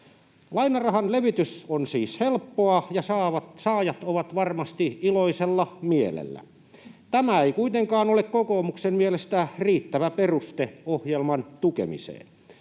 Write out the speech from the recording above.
Lainarahan levitys on siis helppoa, ja saajat ovat varmasti iloisella mielellä. Tämä ei kuitenkaan ole kokoomuksen mielestä riittävä peruste ohjelman tukemiseen.